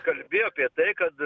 kalbėjo apie tai kad